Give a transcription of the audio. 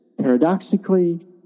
paradoxically